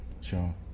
sure